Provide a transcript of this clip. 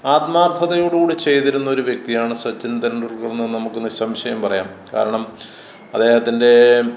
ആത്മാർഥതയോട് കൂടി ചെയ്തിരുന്നൊരു വ്യക്തിയാണ് സച്ചിൻ തന്തുൽക്കറെന്ന് നമുക്ക് നിസ്സംശയം പറയാം കാരണം അദ്ദേഹത്തിൻ്റെ